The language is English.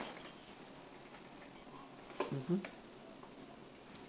mmhmm